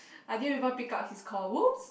I didn't even pick up his call whoops